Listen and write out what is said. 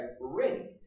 ring